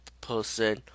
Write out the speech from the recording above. person